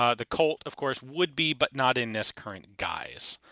um the colt of course would be, but not in this current guise.